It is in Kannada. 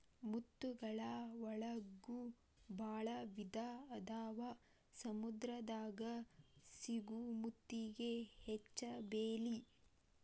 ಮುತ್ತುಗಳ ಒಳಗು ಭಾಳ ವಿಧಾ ಅದಾವ ಸಮುದ್ರ ದಾಗ ಸಿಗು ಮುತ್ತಿಗೆ ಹೆಚ್ಚ ಬೆಲಿ